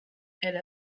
elle